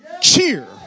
cheer